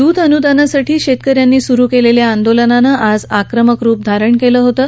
दूध अनुदानासाठी शेतक यांनी सुरू केलेल्या आंदोलनानं आज आक्रमक स्वरूप धारण केलं होतं